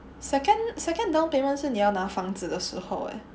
second second down payment 是你要拿房子的时候 eh